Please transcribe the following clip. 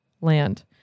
land